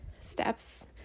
steps